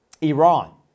Iran